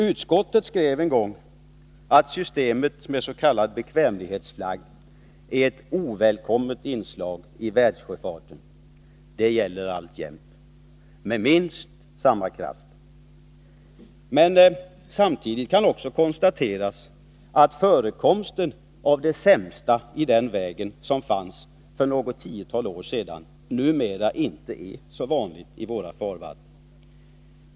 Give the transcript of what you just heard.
Utskottet skrev en gång att systemet med s.k. bekvämlighetsflagg är ett ovälkommet inslag i världssjöfarten. Detta uttalande gäller alltjämt med minst samma kraft. Samtidigt kan emellertid konstateras att förekomsten av det sämsta i den vägen som fanns för något tiotal år sedan numera inte är så vanligt i våra farvatten.